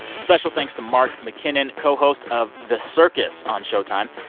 special thanks to mark mckinnon, co-host of the circus on showtime,